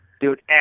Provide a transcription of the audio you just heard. Dude